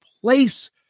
place